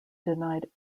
denied